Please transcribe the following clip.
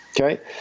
Okay